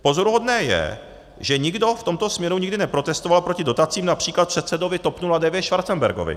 Pozoruhodné je, že nikdo v tomto směru nikdy neprotestoval proti dotacím, například předsedovi TOP 09 Schwarzenbergovi.